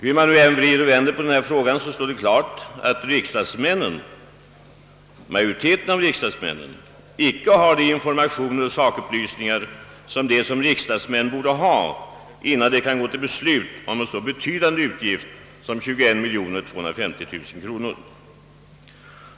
Hur vi än vrider och vänder på denna fråga står det klart att majoriteten av riksdagens ledamöter inte har erhållit de informationer och = sakupplysningar, som de i egenskap av riksdagsmän borde ha innan de beslutar om en så betydande utgift som 21250 000 kronor.